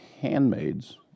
handmaids